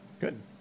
Good